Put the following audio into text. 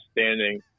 standing